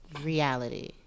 reality